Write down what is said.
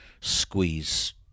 squeeze